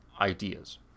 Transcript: ideas